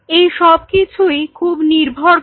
এই সবকিছুই খুব নির্ভর করে